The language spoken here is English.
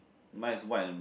mine is white and